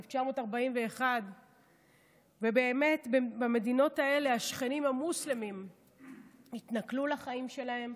1941. ובאמת במדינות האלה השכנים המוסלמים התנכלו לחיים שלהם,